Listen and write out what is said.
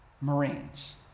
Marines